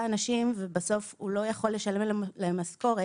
אנשים ובסוף הוא לא יכול לשלם להם משכורת,